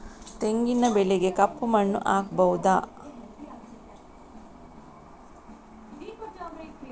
ತೆಂಗಿನ ಬೆಳೆಗೆ ಕಪ್ಪು ಮಣ್ಣು ಆಗ್ಬಹುದಾ?